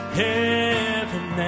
heaven